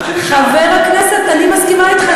חבר הכנסת, אני מסכימה אתך.